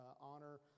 honor